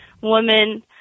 women